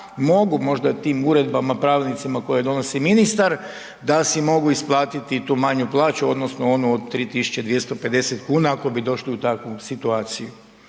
mogu možda tim uredbama, pravilnicima koje donosi ministar da si mogu isplatiti tu manju plaću odnosno onu od 3.250 kuna ako bi došli u takvu situaciju?